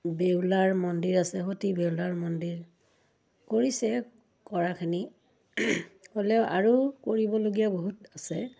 বেউলাৰ মন্দিৰ আছে সতী বেউলাৰ মন্দিৰ কৰিছে কৰাখিনি হ'লেও আৰু কৰিবলগীয়া বহুত আছে